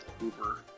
Uber